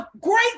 great